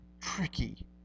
tricky